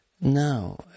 now